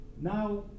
Now